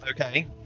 okay